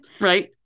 right